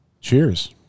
Cheers